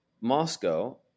Moscow